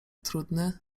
trudny